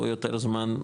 או יותר זמן,